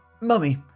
Mummy